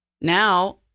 Now